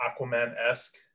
Aquaman-esque